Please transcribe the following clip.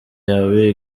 yawe